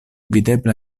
videbla